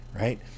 Right